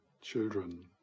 children